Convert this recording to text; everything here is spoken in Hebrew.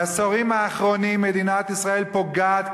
בעשורים האחרונים מדינת ישראל פוגעת,